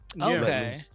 Okay